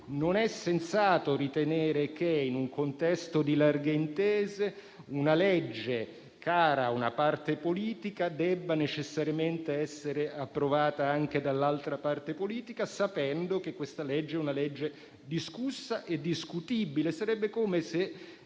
Non è sensato ritenere che, in un contesto di larghe intese, una legge cara a una parte politica debba necessariamente essere approvata anche dall'altra parte politica, sapendo che questa è una legge discussa e discutibile.